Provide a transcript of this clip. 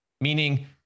meaning